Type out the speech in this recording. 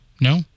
No